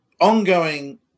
ongoing